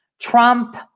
Trump